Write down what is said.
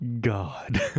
God